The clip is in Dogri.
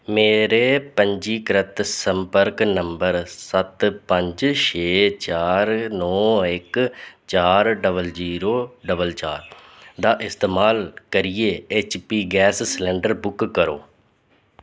मेरे पंजीकृत संपर्क नंबर सत्त पंज छे चार नौ इक चार डबल जीरो डबल चार दा इस्तेमाल करियै ऐच्चपी गैस सलंडर बुक करो